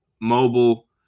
mobile